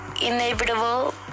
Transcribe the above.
inevitable